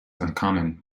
uncommon